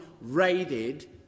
raided